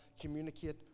communicate